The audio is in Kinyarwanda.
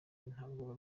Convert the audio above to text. ntabwo